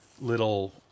little